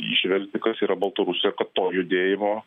įžvelgti kas yra baltarusijoj ir kad to judėjimo